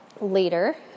later